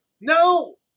No